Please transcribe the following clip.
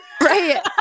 Right